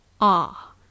Ah